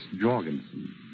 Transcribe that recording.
Jorgensen